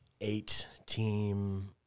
eight-team